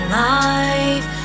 life